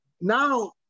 now